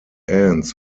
ends